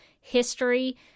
history